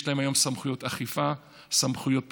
יש להם היום סמכויות אכיפה, סמכויות פיקוח,